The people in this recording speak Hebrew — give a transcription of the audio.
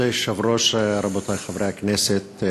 כבוד היושב-ראש, רבותי חברי הכנסת,